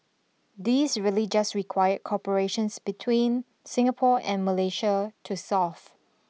these really just required corporations between Singapore and Malaysia to solve